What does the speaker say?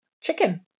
Chicken